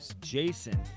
Jason